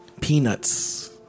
Peanuts